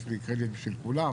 יש לי קרדיט בשביל כולם,